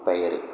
பயிர்